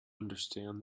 understand